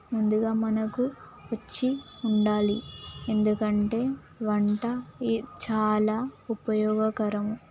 ముందుగా మనకు పిచ్చి ఉండాలి ఎందుకంటే వంట చాలా ఉపయోగకరం